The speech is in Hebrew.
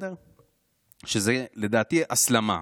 שזה לדעתי הסלמה,